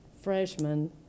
freshman